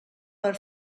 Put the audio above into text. per